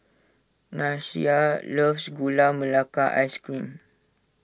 Nyasia loves Gula Melaka Ice Cream